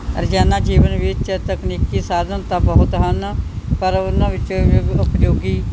ਰੋਜ਼ਾਨਾ ਜੀਵਨ ਵਿੱਚ ਤਕਨੀਕੀ ਸਾਧਨ ਤਾਂ ਬਹੁਤ ਹਨ ਪਰ ਉਹਨਾਂ ਵਿੱਚੋਂ ਵੀ ਉਪਯੋਗੀ